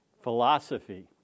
philosophy